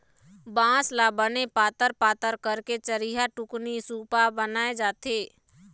बांस ल बने पातर पातर करके चरिहा, टुकनी, सुपा बनाए जाथे